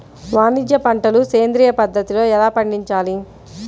వాణిజ్య పంటలు సేంద్రియ పద్ధతిలో ఎలా పండించాలి?